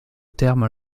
terme